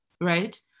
right